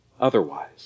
otherwise